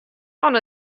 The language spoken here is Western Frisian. fan